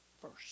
first